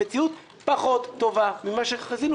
המציאות פחות טובה ממה שחזינו,